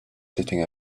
sitting